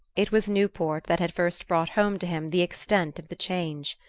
it was newport that had first brought home to him the extent of the change.